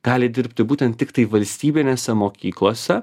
gali dirbti būtent tiktai valstybinėse mokyklose